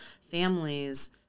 families